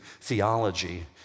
theology